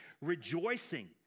Rejoicing